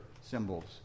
symbols